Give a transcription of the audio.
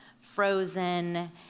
frozen